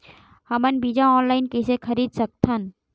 हमन बीजा ऑनलाइन कइसे खरीद सकथन?